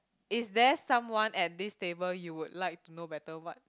is there someone at this table you would like to know better what